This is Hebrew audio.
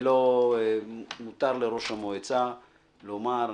מותר לראש המועצה לומר.